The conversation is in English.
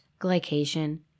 glycation